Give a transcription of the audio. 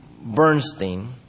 Bernstein